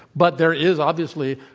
but there is, obviously